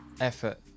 effort